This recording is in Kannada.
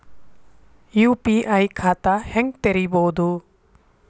ಯು.ಪಿ.ಐ ಖಾತಾ ಹೆಂಗ್ ತೆರೇಬೋದು?